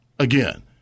Again